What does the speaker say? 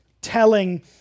telling